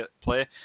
play